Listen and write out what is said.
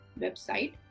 website